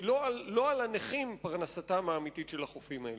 כי לא על הנכים פרנסתם האמיתית של החופים האלה.